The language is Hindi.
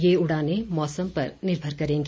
यह उड़ाने मौसम पर निर्भर करेगी